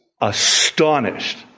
astonished